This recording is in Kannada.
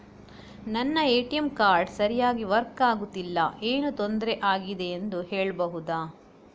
ನನ್ನ ಎ.ಟಿ.ಎಂ ಕಾರ್ಡ್ ಸರಿಯಾಗಿ ವರ್ಕ್ ಆಗುತ್ತಿಲ್ಲ, ಏನು ತೊಂದ್ರೆ ಆಗಿದೆಯೆಂದು ಹೇಳ್ಬಹುದಾ?